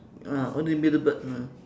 ah only the middle bird ah